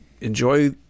enjoy